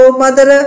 mother